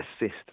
assist